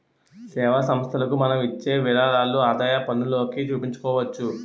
సేవా సంస్థలకు మనం ఇచ్చే విరాళాలు ఆదాయపన్నులోకి చూపించుకోవచ్చు